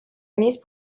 mise